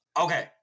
Okay